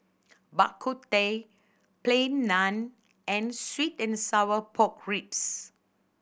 Bak Kut Teh Plain Naan and sweet and sour pork ribs